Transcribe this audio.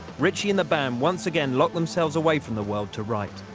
ritchie and the band once again locked themselves away from the world to write.